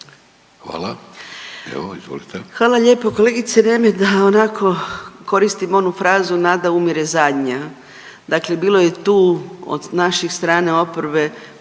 Hvala lijepo kolegice Nemet, da onako koristim onu frazu, nada umire zadnja. Dakle, bilo je tu od naših strane oporbe